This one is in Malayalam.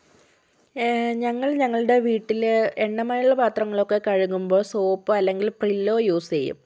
ഞങ്ങൾ ഞങ്ങളുടെ വീട്ടിൽ എണ്ണമയമുള്ള പാത്രങ്ങൾ കഴുകുമ്പോൾ സോപ്പോ അല്ലെങ്കിൽ പ്രില്ലോ യൂസ് ചെയ്യും